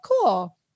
cool